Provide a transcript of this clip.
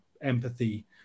empathy